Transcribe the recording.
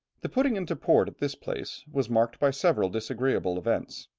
the putting into port at this place was marked by several disagreeable events.